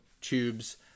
tubes